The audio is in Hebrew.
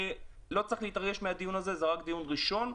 לא צריך להתרגש מהדיון הזה, זה רק דיון ראשון.